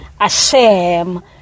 ashamed